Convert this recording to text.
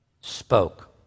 spoke